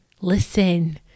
listen